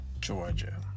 Georgia